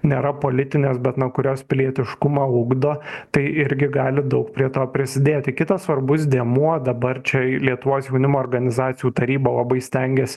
nėra politinės bet nuo kurios pilietiškumą ugdo tai irgi gali daug prie to prisidėti kitas svarbus dėmuo dabar čia lietuvos jaunimo organizacijų taryba labai stengias